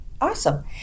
awesome